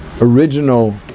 original